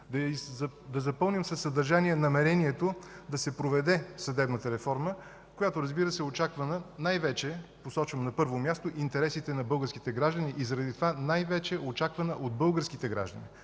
да запълним със съдържание намерението да се проведе съдебната реформа, която, разбира се, най-вече е очаквана, посочвам на първо място интересите на българските граждани и заради това най-вече очаквана от българските граждани.